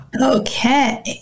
okay